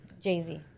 Jay-Z